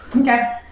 Okay